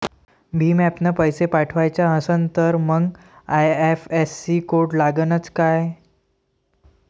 भीम ॲपनं पैसे पाठवायचा असन तर मंग आय.एफ.एस.सी कोड लागनच काय?